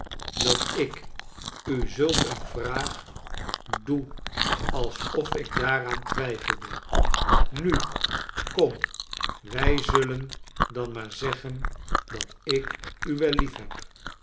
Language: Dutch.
dat ik u zulk eene vraag doe alsof ik daaraantwijfelde nu kom wij zullen dan maar zeggen dat ik u wel liefheb